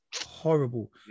Horrible